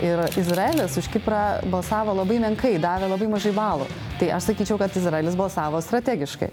ir izraelis už kiprą balsavo labai menkai davė labai mažai balų tai aš sakyčiau kad izraelis balsavo strategiškai